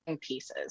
pieces